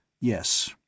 Yes